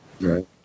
right